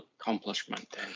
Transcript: accomplishment